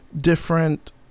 different